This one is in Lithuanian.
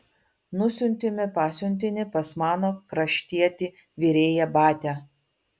nusiuntėme pasiuntinį pas mano kraštietį virėją batią